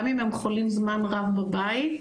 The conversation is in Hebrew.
גם אם הם חולים זמן רב בבית,